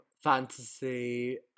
fantasy